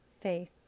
faith